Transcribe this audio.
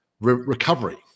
recovery